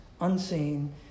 unseen